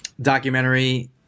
Documentary